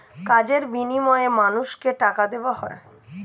কাজের বিনিময়ে মানুষকে টাকা দেওয়া হয়